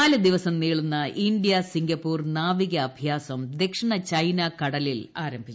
നാല് ദിവസം നീളുന്ന ഇന്ത്യ സിംഗപ്പൂർ നാവിക അഭ്യാസം ദക്ഷിണ ചൈന കടലിൽ ആരംഭിച്ചു